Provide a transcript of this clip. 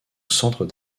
centre